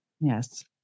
Yes